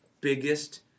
biggest